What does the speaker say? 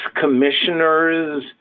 commissioners